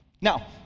Now